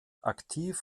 aktiv